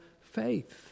faith